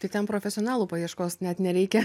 tai ten profesionalų paieškos net nereikia